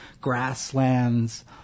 grasslands